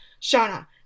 Shauna